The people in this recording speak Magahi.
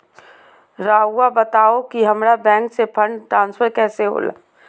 राउआ बताओ कि हामारा बैंक से फंड ट्रांसफर कैसे होला?